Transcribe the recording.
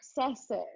excessive